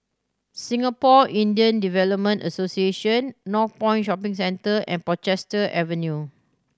Singapore Indian Development Association Northpoint Shopping Centre and Portchester Avenue